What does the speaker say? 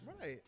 Right